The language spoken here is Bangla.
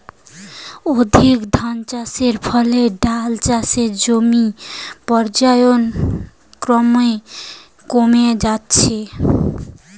অধিক ধানচাষের ফলে ডাল চাষের জমি পর্যায়ক্রমে কমে যাচ্ছে